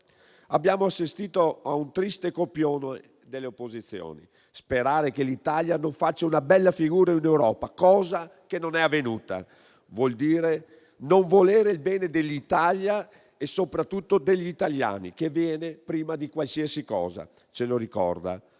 abbiamo assistito a un triste copione delle opposizioni: sperare che l'Italia non faccia una bella figura in Europa, cosa che non è avvenuta. Ciò vuol dire non volere il bene dell'Italia e soprattutto degli italiani, che viene prima di qualsiasi cosa. Ce lo ricorda